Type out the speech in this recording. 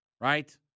right